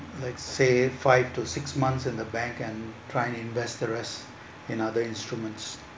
let say five to six months in the bank and try invest the rest in other instruments